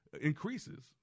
increases